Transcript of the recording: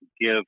give